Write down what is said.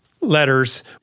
letters